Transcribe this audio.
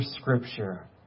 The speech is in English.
scripture